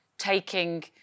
taking